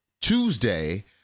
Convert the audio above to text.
Tuesday